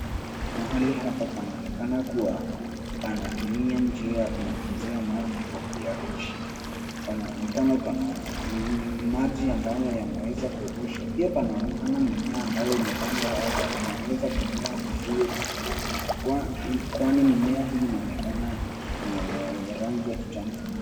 Mahali hapa panaonekana kuwa, panatumia njia ya kunyunyizia maji kwa kuyarusha, panaonekana pana, maji ambayo yameweza kurushwa, pia panaonekana mimea ambayo imepandwa hapa, inaweza kumea vizuri, kwani mimea hii inaonekana, ni yenye rangi ya kijani kibichi.